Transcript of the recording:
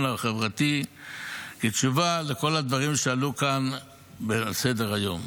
החברתי כתשובה לכל הדברים שעלו כאן בסדר-היום.